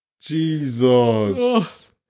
jesus